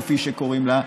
כפי שקוראים לה,